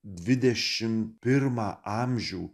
dvidešim pirmą amžių